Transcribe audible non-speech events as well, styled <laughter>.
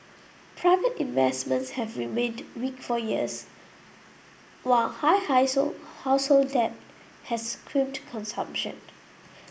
private investments have remained weak for years while high <unintelligible> household debt has crimped consumption